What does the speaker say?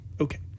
okay